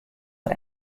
der